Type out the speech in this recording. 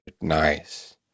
nice